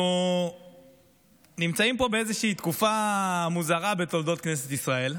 אנחנו נמצאים פה באיזושהי תקופה מוזרה בתולדות כנסת ישראל: